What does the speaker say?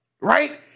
right